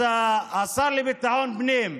אז השר לביטחון פנים,